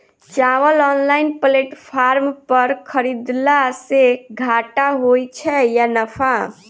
चावल online platform पर खरीदलासे घाटा होइ छै या नफा?